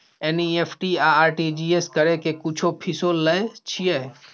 NEFT आ RTGS करै के कुछो फीसो लय छियै?